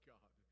God